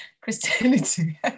christianity